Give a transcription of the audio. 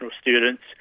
students